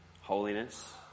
holiness